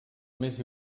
més